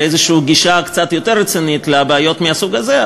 לאיזו גישה קצת יותר רצינית לבעיות מהסוג הזה,